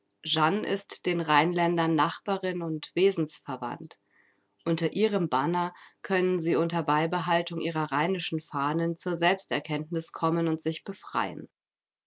jeanne ist den rheinländern nachbarin und wesensverwandt unter ihrem banner können sie unter beibehaltung ihrer rheinischen fahnen zur selbsterkenntnis kommen und sich befreien